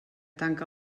tanca